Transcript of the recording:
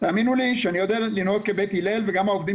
תאמינו לי שאני יודע לנהוג כבית הלל וגם העובדים